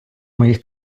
моїх